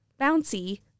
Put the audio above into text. bouncy